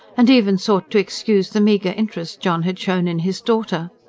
and even sought to excuse the meagre interest john had shown in his daughter.